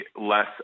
less